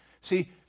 See